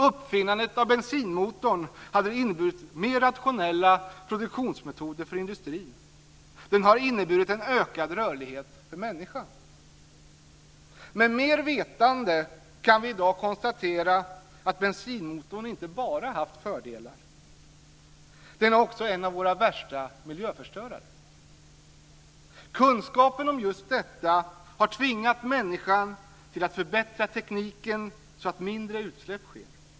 Uppfinnandet av bensinmotorn har inneburit mer rationella produktionsmetoder för industrin, den har inneburit en ökad rörlighet för människan. Med mer vetande kan vi i dag konstatera att bensinmotorn inte bara haft fördelar, den är också en av våra värsta miljöförstörare. Kunskapen om just detta har tvingat människan till att förbättra tekniken så att mindre utsläpp sker.